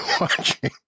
watching